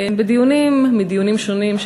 בדיונים מדיונים שונים,